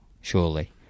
surely